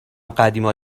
قدیم